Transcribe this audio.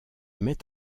met